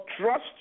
trust